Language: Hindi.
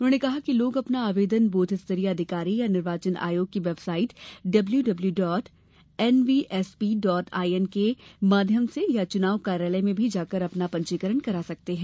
उन्होंने कहा कि लोग अपना आवेदन बूथ स्तरीय अधिकारी या निर्वाचन आयोग की website W W dot N V S P dot I N के माध्यम से अथवा चुनाव कार्यालय में भी जाकर अपना पंजीकरण करा सकते हैं